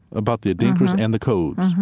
about the adinkras and the codes.